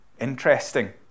interesting